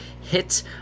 hit